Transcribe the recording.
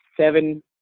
seven